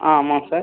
ஆ ஆமாம் சார்